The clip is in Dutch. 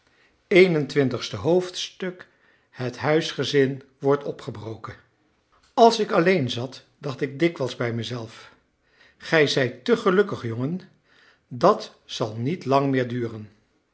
het huisgezin wordt opgebroken als ik alleen zat dacht ik dikwijls bij mezelf gij zijt te gelukkig jongen dat zal niet lang meer duren